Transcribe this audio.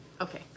Okay